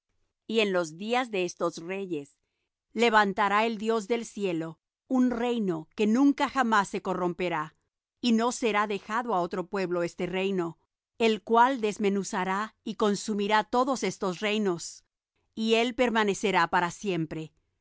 y en los días de estos reyes levantará el dios del cielo un reino que nunca jamás se corromperá y no será dejado á otro pueblo este reino el cual desmenuzará y consumirá todos estos reinos y él permanecerá para siempre